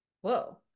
whoa